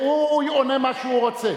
הוא לא עונה לעניין,